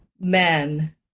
men